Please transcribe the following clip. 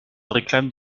réclame